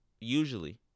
Usually